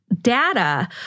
data